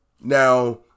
Now